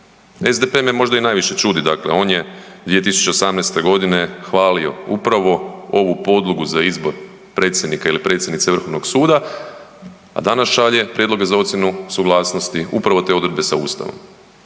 SDP me možda i najviše čudi, dakle on je 2018. godine hvalio upravo ovu podlogu za izbor predsjednika ili predsjednice Vrhovnog suda, a danas šalje prijedloge za ocjenu suglasnosti upravo te odredbe sa Ustavom